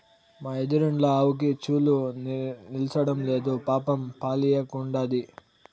మా ఎదురిండ్ల ఆవుకి చూలు నిల్సడంలేదు పాపం పాలియ్యకుండాది